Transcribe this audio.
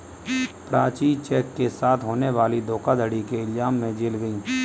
Prachi cheque के साथ होने वाली धोखाधड़ी के इल्जाम में जेल गई